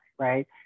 right